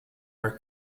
her